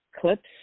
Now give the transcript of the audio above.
clips